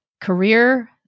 career